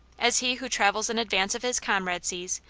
as he who travels in advance of his comrade sees,